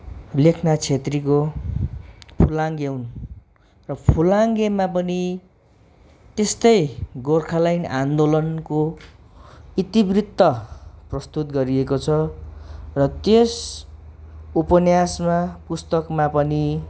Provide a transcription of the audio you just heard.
लेखनाथ छेत्रीको फुलाङ्गे हुन् र फुलाङ्गेमा पनि त्यस्तै गोर्खाल्यान्ड आन्दोलनको इतिवृत्त प्रस्तुत गरिएको छ र त्यस उपन्यासमा पुस्तकमा पनि